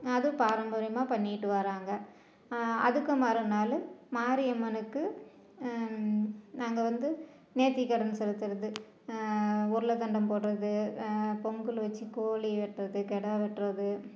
அதுவும் பாரம்பரியமாக பண்ணிக்கிட்டு வராங்க அதுக்கும் மறுநாள் மாரியம்மனுக்கு நாங்கள் வந்து நேர்த்திக்கடன் செலுத்துறது உருளை தண்டம் போடுறது பொங்கல் வச்சு கோழி வெட்டுறது கிடா வெட்டுறது